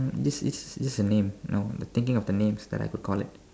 is is is a name you know thinking of the names that I could call it